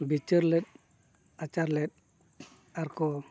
ᱵᱤᱪᱟᱹᱨ ᱞᱮᱫ ᱟᱪᱟᱨ ᱞᱮᱫ ᱟᱨᱠᱚ